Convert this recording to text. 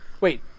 Wait